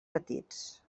petits